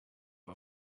her